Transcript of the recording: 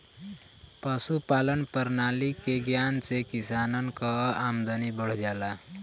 पशुपालान प्रणाली के ज्ञान से किसानन कअ आमदनी बढ़ जाला